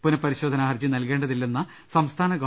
പുനഃപ രിശോധനാ ഹർജി നൽകേണ്ടതില്ലെന്ന സംസ്ഥാന ഗവ